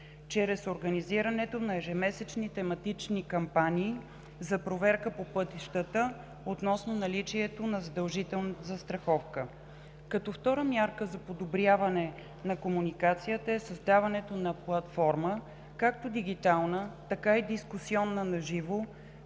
чрез организирането на ежемесечни тематични кампании за проверка по пътищата относно наличието на задължителна застраховка; - като втора мярка за подобряване на комуникацията е създаването на платформа – както дигитална, така и дискусионна, на живо,